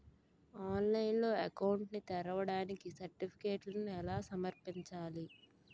ఆన్లైన్లో అకౌంట్ ని తెరవడానికి సర్టిఫికెట్లను ఎలా సమర్పించాలి?